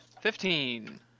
Fifteen